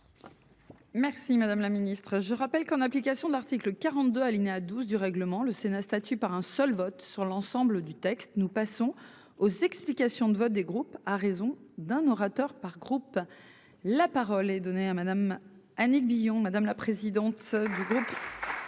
Merci, madame la Ministre. Je rappelle qu'en application de l'article 42 alinéa 12 du règlement, le Sénat statut par un seul vote sur l'ensemble du texte. Nous passons aux explications de vote, des groupes à raison d'un orateur par groupe. La parole est donnée à madame Annick Billon, madame la présidente. Du groupe.